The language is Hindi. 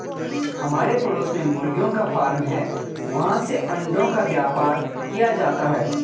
हमारे पड़ोस में मुर्गियों का फार्म है, वहाँ से अंडों का व्यापार किया जाता है